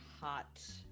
hot